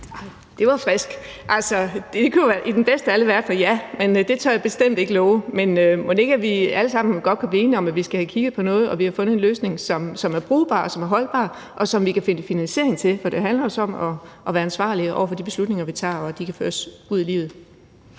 Det var frisk. I den bedste af alle verdener ville svaret være ja, men det tør jeg bestemt ikke love. Mon ikke vi alle sammen godt kan blive enige om, at vi skal have kigget på noget og finde en løsning, som er brugbar, som er holdbar, og som vi kan finde finansiering til. For det handler også om at være ansvarlig i de beslutninger, vi tager, og om, at de kan føres ud i livet.